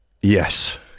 yes